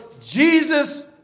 Jesus